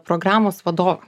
programos vadovą